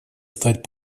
стать